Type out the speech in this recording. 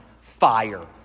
fire